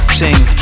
sing